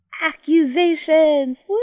Accusations